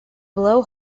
blow